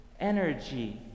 energy